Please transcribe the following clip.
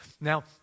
Now